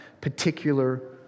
particular